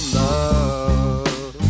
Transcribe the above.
love